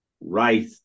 right